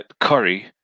Curry